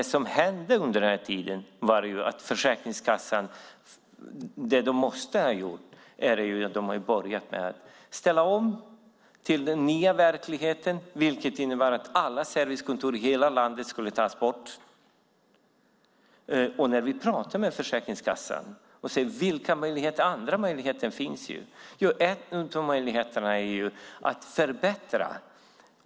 Det som hände under denna tid var att Försäkringskassan gjorde det de måste göra. De har börjat ställa om till den nya verkligheten, vilket innebar att alla servicekontor i hela landet skulle tas bort. När vi pratar med Försäkringskassan och frågar vilka andra möjligheter som finns säger de att en av möjligheterna är att förbättra.